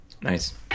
nice